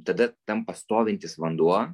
tada tampa stovintis vanduo